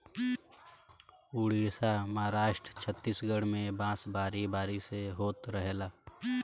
उड़ीसा, महाराष्ट्र, छतीसगढ़ में बांस बारी बारी से होत रहेला